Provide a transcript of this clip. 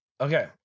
Okay